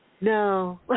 No